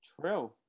true